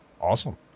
Awesome